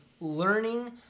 learning